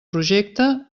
projecte